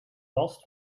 last